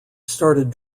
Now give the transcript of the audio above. started